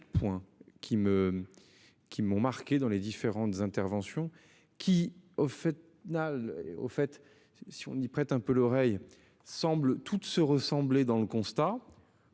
qui me. Qui m'ont marqué dans les différentes interventions qui au fait. Nadal au fait si on n'y prête un peu l'oreille semble toutes se ressembler dans le constat.